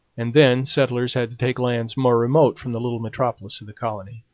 and then settlers had to take lands more remote from the little metropolis of the colony.